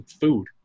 food